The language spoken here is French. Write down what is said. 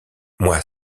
moi